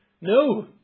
No